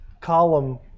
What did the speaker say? column